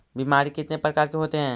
बीमारी कितने प्रकार के होते हैं?